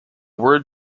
word